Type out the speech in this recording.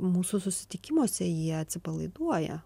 mūsų susitikimuose jie atsipalaiduoja